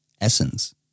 Essence